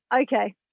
okay